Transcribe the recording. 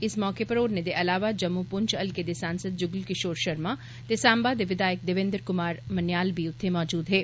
इस मौके पर होरने दे अलावा जम्मू पुंछ हल्के दे सांझा जुगल किशोर शर्मा ते सांबा दे विघायक देवेन्द्र कुमार मन्याल बी उत्थे मौजूद हे